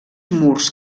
murs